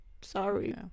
sorry